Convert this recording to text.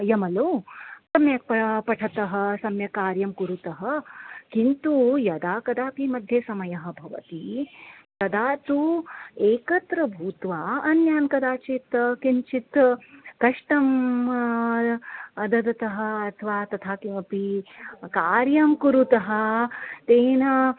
यमलौ सम्यक् प पठतः सम्यक् कार्यं कुरुतः किन्तु यदा कदापि मध्ये समयः भवति तदा तु एकत्र भूत्वा अन्यान् कदाचित् किञ्चित् कष्टं ददतः अथवा तथा किमपि कार्यं कुरुतः तेन